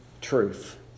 truth